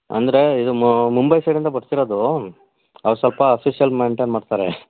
ಅಂದ್ರೆ ಇದು ಮುಂಬೈ ಸೈಡಿಂದ ಬರ್ತಿರೋದು ಅವ್ರು ಸ್ವಲ್ಪ ಅಫೀಶಲ್ ಮೇಯ್ನ್ಟೇನ್ ಮಾಡ್ತಾರೆ